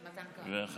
גם פה.